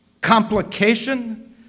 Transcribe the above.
complication